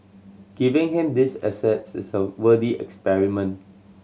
giving him these assets is a worthy experiment